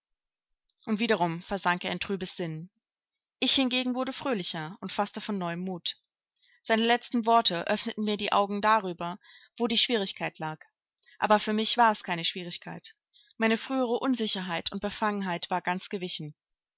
und wiederum versank er in trübes sinnen ich hingegen wurde fröhlicher und faßte von neuem mut seine letzten worte öffneten mir die augen darüber wo die schwierigkeit lag aber für mich war es keine schwierigkeit meine frühere unsicherheit und befangenheit war ganz gewichen